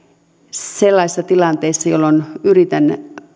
sellaisissa tilanteissa jolloin yritän